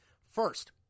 First